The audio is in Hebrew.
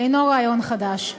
אינם רעיון חדש.